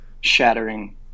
shattering